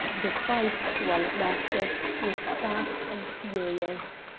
the fight, while it lasted, was fast and furious.